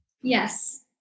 Yes